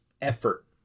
effort